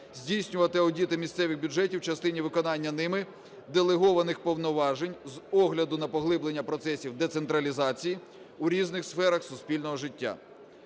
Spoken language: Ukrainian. здійснювати аудити місцевих бюджетів в частині виконання ними делегованих повноважень, з огляду на поглиблення процесів децентралізації у різних сферах суспільного життя.